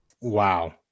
Wow